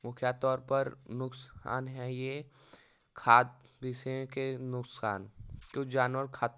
मुख्य तौर पर नुकसान है ये खाद विषय के नुकसान तो जानवर